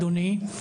אדוני,